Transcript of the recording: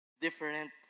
different